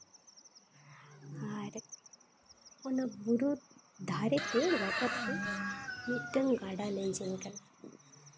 ᱟᱨ ᱚᱱᱟ ᱵᱩᱨᱩ ᱫᱷᱟᱨᱮ ᱛᱮ ᱞᱟᱛᱟᱨ ᱛᱮ ᱢᱤᱫᱴᱟᱹᱝ ᱜᱟᱰᱟ ᱞᱤᱜᱤᱱ ᱠᱟᱱᱟ